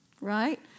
Right